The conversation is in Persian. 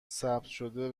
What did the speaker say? شده